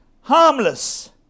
Harmless